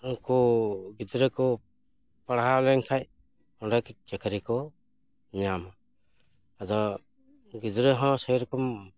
ᱩᱱᱠᱩ ᱜᱤᱫᱽᱨᱟᱹ ᱠᱚ ᱯᱟᱲᱦᱟᱣ ᱞᱮᱱᱠᱷᱟᱱ ᱚᱸᱰᱮ ᱪᱟᱹᱠᱷᱨᱤ ᱠᱚ ᱧᱟᱢᱟ ᱟᱫᱚ ᱜᱤᱫᱽᱨᱟᱹ ᱦᱚᱸ ᱥᱮᱨᱚᱠᱚᱢ